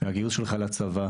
וגיוסך לצבא,